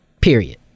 Period